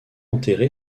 enterré